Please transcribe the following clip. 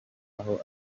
aho